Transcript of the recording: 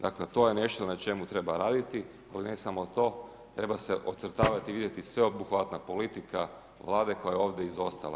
Dakle to je nešto na čemu treba raditi, ali ne samo to, treba se ocrtavati i vidjeti sveobuhvatna politika Vlade koja je ovdje izostala.